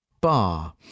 bar